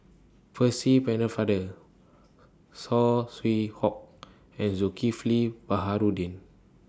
Percy Pennefather Saw Swee Hock and Zulkifli Baharudin